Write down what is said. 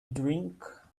drink